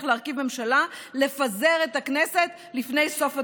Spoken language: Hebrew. להרכיב ממשלה לפזר את הכנסת לפני סוף התהליך.